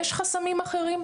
יש חסמים אחרים,